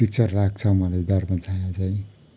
picture लाग्छ मलाई दर्पण छायाँ चाहिँ